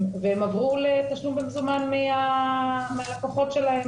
מֵאַיִן נגזרת ההערכה שלכם שיישום החוק